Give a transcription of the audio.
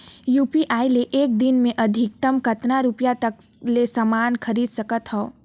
UPI ले एक दिन म अधिकतम कतका रुपिया तक ले समान खरीद सकत हवं?